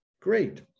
Great